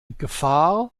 gefahr